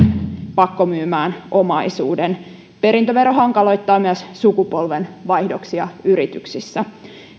pakkomyymään omaisuuden perintövero hankaloittaa myös sukupolvenvaihdoksia yrityksissä